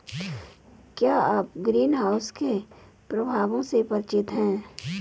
क्या आप ग्रीनहाउस के प्रभावों से परिचित हैं?